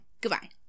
goodbye